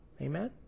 Amen